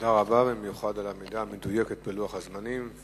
תודה רבה, במיוחד על העמידה המדויקת בלוח הזמנים.